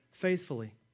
faithfully